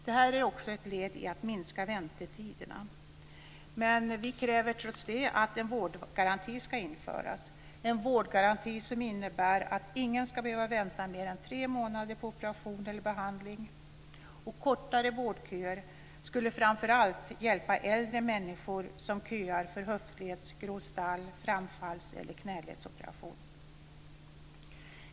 Det här är också ett led i att minska väntetiderna. Men vi kräver trots det att en vårdgaranti ska införas - en vårdgaranti som innebär att ingen ska behöva vänta mer än tre månader på operation eller behandling. Kortare vårdköer skulle framför allt hjälpa äldre människor som köar för höftleds-, grå starr-, framfalls eller knäledsoperation.